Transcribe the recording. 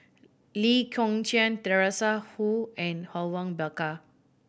Lee Kong Chian Teresa Hsu and Awang Bakar